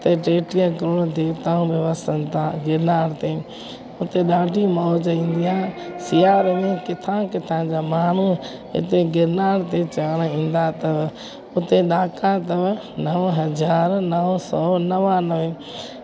हुते टेटीह करोण देवताऊं बि वसनि था गिरनार ते हुते ॾाढी मौज ईंदी आहे सियारे में कीथां कीथां जा माण्हू हिते गिरनार ते चढ़ण ईंदा अथव हुते ॾाका अथव नव हज़ार नव सौ नवानवे